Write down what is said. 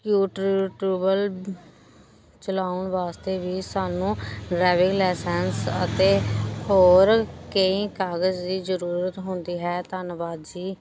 ਚਲਾਉਣ ਵਾਸਤੇ ਵੀ ਸਾਨੂੰ ਡਰਾਈਵਿੰਗ ਲਾਇਸੈਂਸ ਅਤੇ ਹੋਰ ਕਈ ਕਾਗਜ਼ ਦੀ ਜ਼ਰੂਰਤ ਹੁੰਦੀ ਹੈ ਧੰਨਵਾਦ ਜੀ